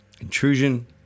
intrusion